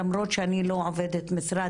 למרות שאני לא עובדת משרד,